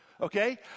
Okay